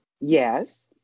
Yes